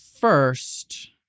first